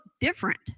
different